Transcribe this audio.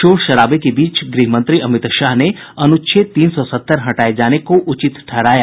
शोर शराबे के बीच ग्रहमंत्री अमित शाह ने अनुच्छेद तीन सौ सत्तर हटाये जाने को उचित ठहराया